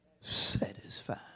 satisfied